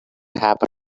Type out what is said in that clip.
happen